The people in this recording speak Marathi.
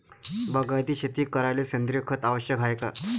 बागायती शेती करायले सेंद्रिय खत आवश्यक हाये का?